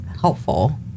helpful